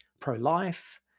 pro-life